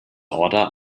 order